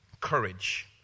courage